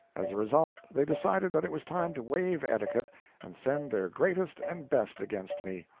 as a result, they decided that it was time to waive etiquette and send their greatest and best against me.